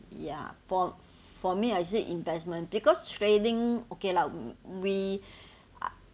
ya for for me I said investment because trading okay lah we I